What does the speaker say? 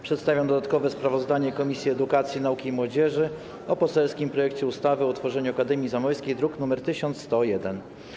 Przedstawiam dodatkowe sprawozdanie Komisji Edukacji, Nauki i Młodzieży o poselskim projekcie ustawy o utworzeniu Akademii Zamojskiej, druk nr 1101.